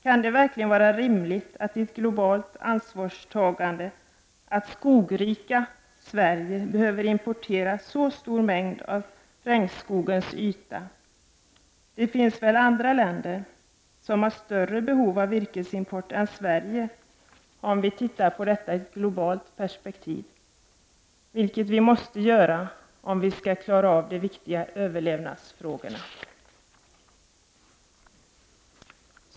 Kan det verkligen vara rimligt i ett globalt ansvarstagande att det skogrika Sverige behöver importera en så stor mängd av regnskogens yta? Det finns väl andra länder, som har större behov av vikesimport än Sverige, om vi ser på detta i ett globalt perspektiv, vilket vi måste göra om vi skall klara av de viktiga överlevnadsfrågorna.